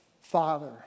father